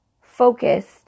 focused